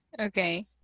okay